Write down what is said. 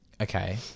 Okay